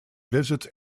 visits